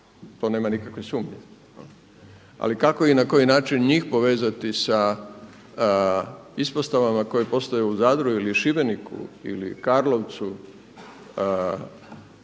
to nema nikakve sumnje. Ali kako i na koji način njih povezati sa ispostavama koje postaju u Zadru ili Šibeniku ili Karlovcu